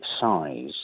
size